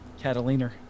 Catalina